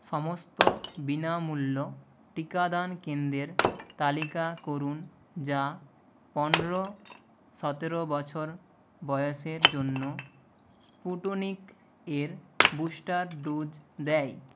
সমস্ত বিনামূল্য টিকাদান কেন্দ্রের তালিকা করুন যা পনেরো সতেরো বছর বয়সের জন্য স্পুটনিক এর বুস্টার ডোজ দেয়